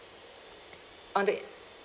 on the